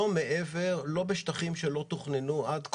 לא בשטחים שלא תוכננו עד כה.